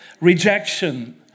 rejection